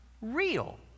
real